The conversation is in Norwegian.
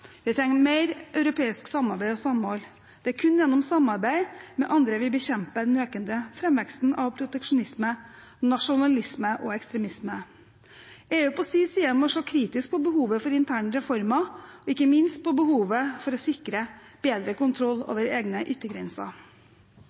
Vi trenger mer europeisk samarbeid og samhold. Det er kun gjennom samarbeid med andre vi bekjemper den økende framveksten av proteksjonisme, nasjonalisme og ekstremisme. EU på sin side må se kritisk på behovet for interne reformer, ikke minst behovet for å sikre bedre kontroll over egne yttergrenser.